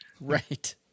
Right